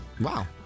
Wow